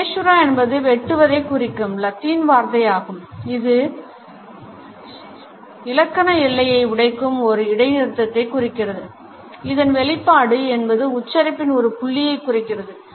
Caesura என்பது வெட்டுவதைக் குறிக்கும் லத்தீன் வார்த்தையாகும் இது இலக்கண எல்லையை உடைக்கும் ஒரு இடைநிறுத்தத்தை குறிக்கிறது இதன் வெளிப்பாடு என்பது உச்சரிப்பின் ஒரு புள்ளியை குறிக்கிறது